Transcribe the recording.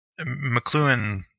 McLuhan